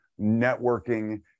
networking